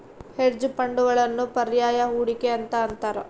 hedge ಫಂಡ್ಗಳನ್ನು ಪರ್ಯಾಯ ಹೂಡಿಕೆ ಅಂತ ಅಂತಾರ